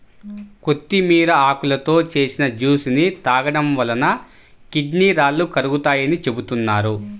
కొత్తిమీర ఆకులతో చేసిన జ్యూస్ ని తాగడం వలన కిడ్నీ రాళ్లు కరుగుతాయని చెబుతున్నారు